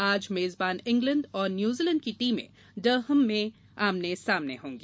आज मेजबान इंग्लैंड और न्यूजीलैंड की टीमें डरहम में आमने सामने होंगी